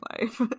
life